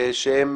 והם